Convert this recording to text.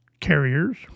carriers